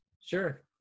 Sure